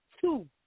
two